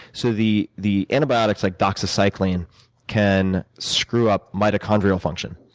so the the antibiotics, like doxycycline can screw up mitochondrial function.